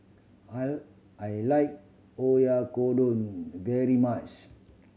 I I like Oyakodon very much